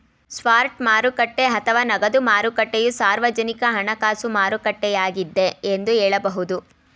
spot ಮಾರುಕಟ್ಟೆ ಅಥವಾ ನಗದು ಮಾರುಕಟ್ಟೆಯು ಸಾರ್ವಜನಿಕ ಹಣಕಾಸು ಮಾರುಕಟ್ಟೆಯಾಗಿದ್ದೆ ಎಂದು ಹೇಳಬಹುದು